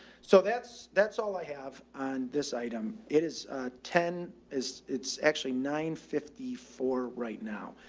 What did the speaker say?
so that's, that's all i have on this item. it is a ten is it's actually nine fifty four right now.